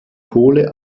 pole